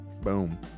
Boom